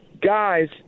guys